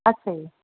ਅੱਛਾ ਜੀ